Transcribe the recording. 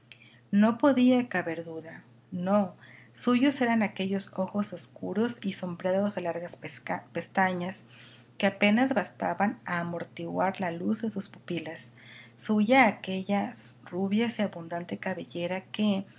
no podía caber duda no suyos eran aquellos ojos oscuros y sombreados de largas pestañas que apenas bastaban a amortiguar la luz de sus pupilas suya aquella rubias y abundante cabellera que